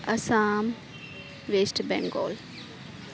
Assam West Bengal